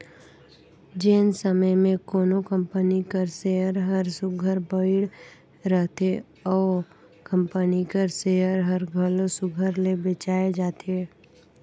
जेन समे में कोनो कंपनी कर सेयर हर सुग्घर बइढ़ रहथे ओ कंपनी कर सेयर हर घलो सुघर ले बेंचाए जाथे